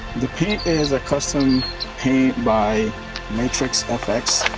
the paint is a custom paint by matrix fx.